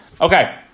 Okay